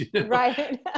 Right